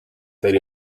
that